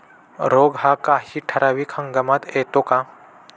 रोग हा काही ठराविक हंगामात येतो का?